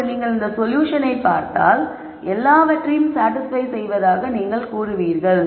இப்போது நீங்கள் இந்த சொல்யூஷனை பார்த்தால் எல்லாவற்றையும் சாடிஸ்பய் செய்வதாக நீங்கள் கூறுவீர்கள்